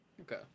Okay